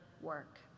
work